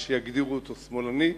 יש שיגדירו אותו שמאלני,